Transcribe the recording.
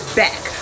back